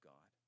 God